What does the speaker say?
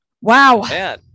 wow